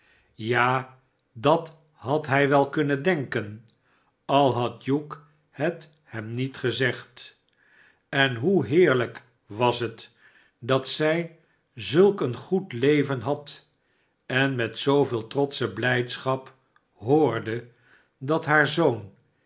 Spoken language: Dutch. ja dat had hij wel kunnen denken al had hugh het hem niet gezegd en hoe heerlijk was het dat zij zulk een goed leven had en met zooveel trotsche blijdschap hoorde dat haar zoon